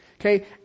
okay